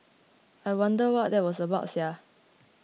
I wonder what that was about sia